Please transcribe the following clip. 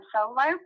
Solo